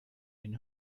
den